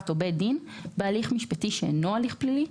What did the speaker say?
או בית דין בהליך משפטי שאינו הליך פלילי,